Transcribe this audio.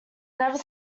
never